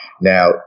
Now